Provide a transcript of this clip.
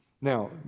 now